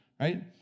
right